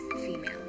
female